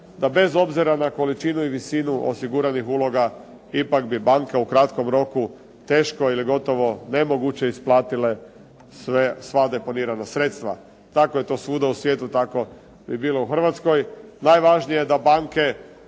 da bez obzira na količinu i visinu osiguranih uloga, ipak bi banke u kratkom roku teško ili gotovo nemoguće isplatile sva deponirana sredstva. Tako je to svuda u svijetu, tako bi bilo u Hrvatskoj. Najvažnije je da banke